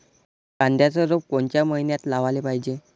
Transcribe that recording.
कांद्याचं रोप कोनच्या मइन्यात लावाले पायजे?